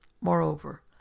Moreover